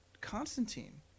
Constantine